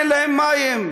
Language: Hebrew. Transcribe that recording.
אין להם מים.